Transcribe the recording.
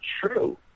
true